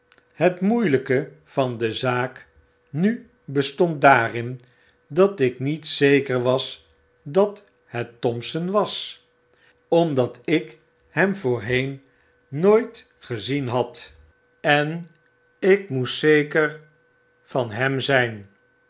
het moeilpg van de zaak nu bestond daarki dat ik niet zeker was dat het thompson was omdat ik hem voorheen nooit gezien had en ik moest zeker van hem zjjn